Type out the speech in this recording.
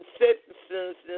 citizens